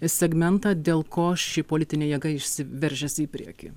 segmentą dėl ko ši politinė jėga išsiveržęs į priekį